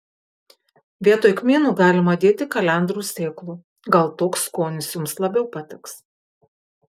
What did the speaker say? vietoj kmynų galima dėti kalendrų sėklų gal toks skonis jums labiau patiks